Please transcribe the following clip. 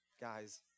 Guys